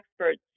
experts